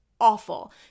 awful